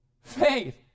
Faith